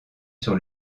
sur